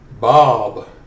Bob